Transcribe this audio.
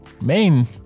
main